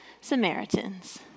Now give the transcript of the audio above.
Samaritans